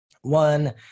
one